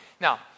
Now